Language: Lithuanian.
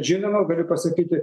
žinoma galiu pasakyti